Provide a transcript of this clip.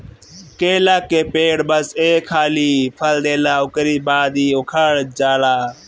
केला के पेड़ बस एक हाली फल देला उकरी बाद इ उकठ जाला